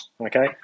okay